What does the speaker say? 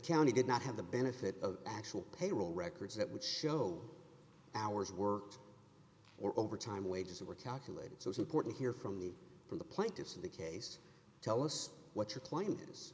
county did not have the benefit of actual payroll records that would show hours worked or overtime wages that were calculated so it's important here from the from the plaintiffs in the case tell us what your point is